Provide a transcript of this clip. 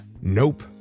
Nope